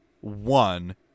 one